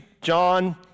John